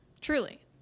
Truly